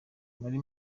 muri